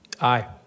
Aye